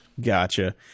Gotcha